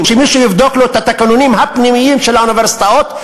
שמישהו יבדוק את התקנונים הפנימיים של האוניברסיטאות,